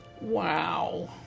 WoW